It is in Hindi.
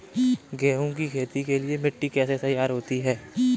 गेहूँ की खेती के लिए मिट्टी कैसे तैयार होती है?